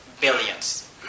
Billions